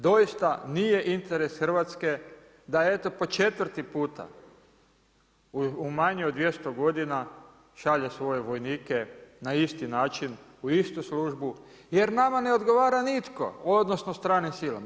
Doista nije interes Hrvatske da eto po četvrti puta u manje od 200 godina šalje svoje vojnike na isti način u istu službu jer nama ne odgovara nitko odnosno stranim silama.